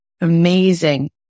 amazing